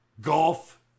Golf